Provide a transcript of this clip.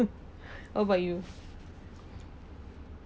how about you